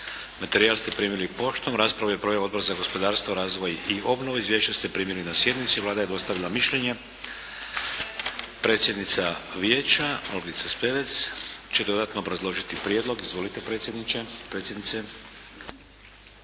Materijal ste primili poštom. Raspravu je proveo Odbor za gospodarstvo, razvoj i obnovu. Izvješća ste primili na sjednici. Vlada je dostavila mišljenje. Predsjednica vijeća Olgica Spevec će dodatno obrazložiti prijedlog. Izvolite predsjednice.